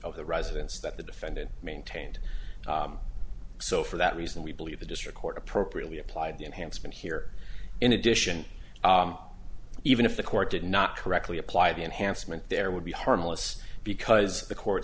of the residence that the defendant maintained so for that reason we believe the district court appropriately applied the enhancement here in addition even if the court did not correctly apply the enhancement there would be harmless because the court